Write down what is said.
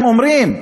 הם אומרים,